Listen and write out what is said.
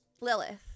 Lilith